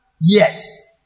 Yes